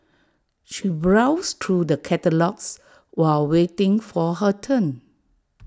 she browsed through the catalogues while waiting for her turn